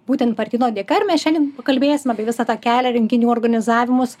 būtent martyno dėka ir mes šiandien pakalbėsim apie visą tą kelią renginių organizavimus